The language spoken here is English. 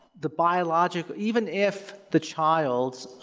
the biologic, even if the child's,